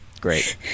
Great